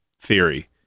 theory